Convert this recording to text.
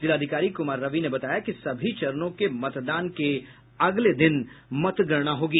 जिलाधिकारी कुमार रवि ने बताया कि सभी चरणों के मतदान के अगले दिन मतगणना होगी